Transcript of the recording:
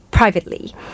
Privately